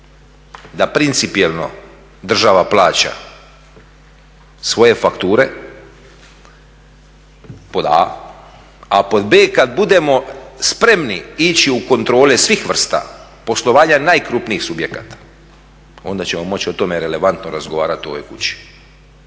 da principijalno država plaća svoje fakture pod a, a pod b kad budemo spremni ići u kontrole svih vrsta poslovanja najkrupnijih subjekata onda ćemo moći o tome relevantno razgovarati u ovoj kući.